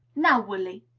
now, willy,